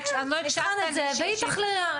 נבחן את זה והיא תכריע,